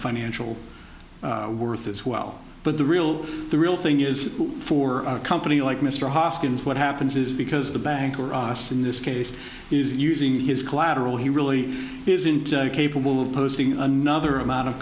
financial worth as well but the real the real thing is for a company like mr hoskins what happens is because the bank in this case is using his collateral he really isn't capable of posting another amount of